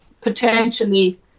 potentially